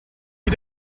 you